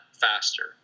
faster